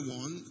one